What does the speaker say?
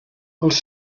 els